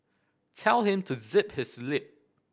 tell him to zip his lip